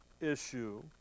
issue